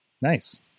Nice